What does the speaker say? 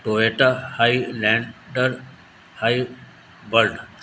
Toyota high lander high world